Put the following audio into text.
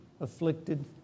afflicted